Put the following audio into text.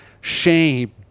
shame